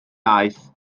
aeth